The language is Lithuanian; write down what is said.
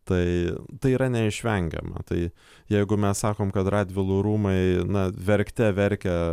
tai yra neišvengiama tai jeigu mes sakom kad radvilų rūmai na verkte verkia